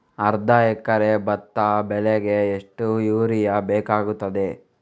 ಅರ್ಧ ಎಕರೆ ಭತ್ತ ಬೆಳೆಗೆ ಎಷ್ಟು ಯೂರಿಯಾ ಬೇಕಾಗುತ್ತದೆ?